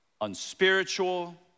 unspiritual